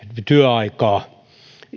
työaikaa